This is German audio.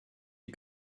die